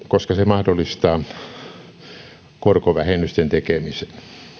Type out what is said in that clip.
koska se mahdollistaa korkovähennysten tekemisen